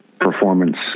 performance